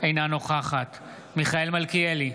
אינה נוכחת מיכאל מלכיאלי,